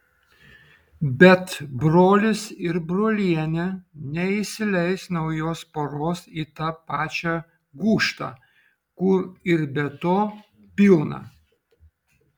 bet brolis ir brolienė neįsileis naujos poros į tą pačią gūžtą kur ir be to pilna